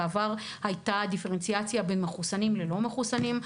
בעבר הייתה דיפרנציאציה בין מחוסנים לבין לא מחוסנים,